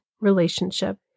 relationship